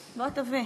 היושב-ראש,